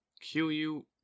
Q-U